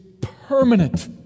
permanent